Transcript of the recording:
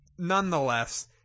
Nonetheless